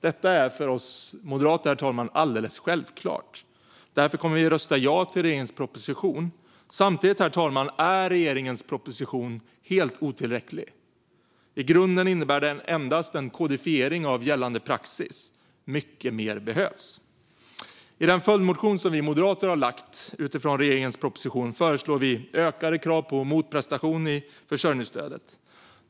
Detta är för oss moderater alldeles självklart. Därför kommer vi att rösta ja till regeringens proposition. Samtidigt är dock regeringens proposition helt otillräcklig. I grunden innebär den endast en kodifiering av gällande praxis. Mycket mer behövs. I den följdmotion som vi moderater har väckt utifrån regeringens proposition föreslår vi ökade krav på motprestation i försörjningsstödet.